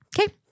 Okay